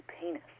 penis